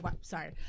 Sorry